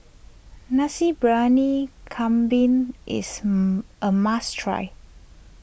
Nasi Briyani Kambing is a must try